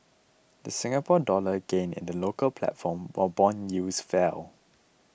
the Singapore Dollar gained in the local platform while bond yields fell